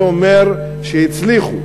זה אומר שהם הצליחו.